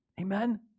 Amen